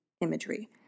imagery